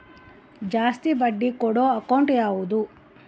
ಜಾಸ್ತಿ ಬಡ್ಡಿ ಕೊಡೋ ಅಕೌಂಟ್ ಯಾವುದು?